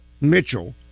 Mitchell